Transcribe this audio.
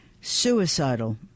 suicidal